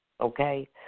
okay